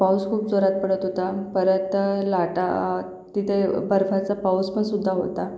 पाऊस खूप जोरात पडत होता परत लाटा तिथे बर्फाचा पाऊस पण सुद्धा होता